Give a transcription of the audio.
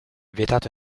vietato